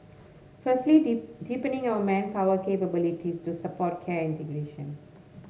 firstly deep deepening our manpower capabilities to support care integration